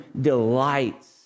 delights